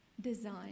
design